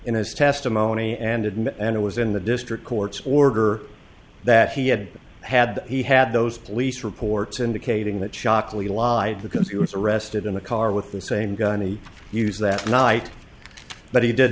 in his testimony and and it was in the district court's order that he had had he had those police reports indicating that shockley lied because he was arrested in the car with the same gun he used that night but he did